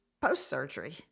post-surgery